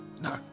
No